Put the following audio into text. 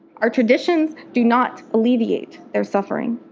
our traditions do not alleviate their suffering.